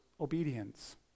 obedience